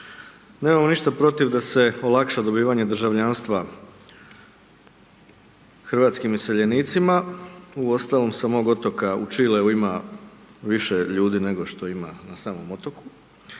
Nemamo ništa protiv da se olakša dobivanje državljanstva hrvatskim iseljenicima, uostalom sa mog otoka u Čileu ima više ljudi nego što ima na samom otoku.